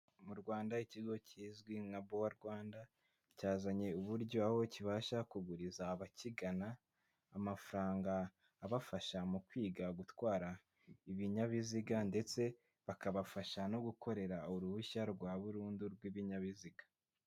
M'u Rwanda ikigo kizwi nka bowa Rwanda, cyazanye uburyo aho kibasha kuguriza abakigana amafaranga abafasha mu kwiga gutwara ibinyabiziga ndetse bakabafasha no gukorera uruhushya rwa burundu rw'ibinyabiziga.